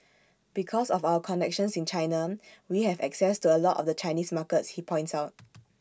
because of our connections in China we have access to A lot of the Chinese markets he points out